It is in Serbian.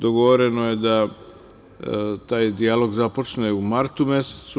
Dogovoreno je da taj dijalog započne u martu mesecu.